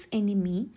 enemy